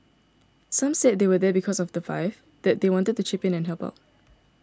some said they were there because of the five that they wanted to chip in and help out